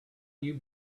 you